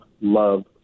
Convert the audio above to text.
love